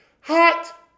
Hot